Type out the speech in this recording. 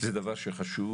זה דבר שחשוב.